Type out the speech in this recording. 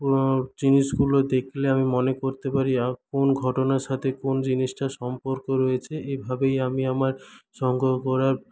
জিনিসগুলো দেখলে আমি মনে করতে পারি কোন ঘটনার সাথে কোন জিনিসটার সম্পর্ক রয়েছে এভাবেই আমি আমার সংগ্রহ করা